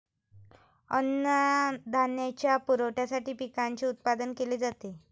अन्नधान्याच्या पुरवठ्यासाठी पिकांचे उत्पादन केले जाते